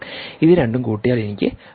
ഇത് രണ്ടും കൂട്ടിയാൽ എനിക്ക് 13